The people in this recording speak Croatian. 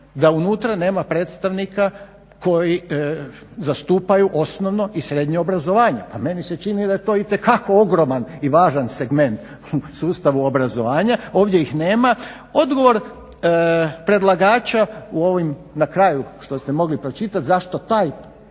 da unutra nema predstavnika koji zastupaju osnovno i srednje obrazovanje. Pa meni se čini da je to itekako ogroman i važan segment u sustavu obrazovanja, ovdje ih nema. Odgovor predlagača u ovim na kraju što ste mogli pročitati zašto taj, ta